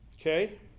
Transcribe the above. Okay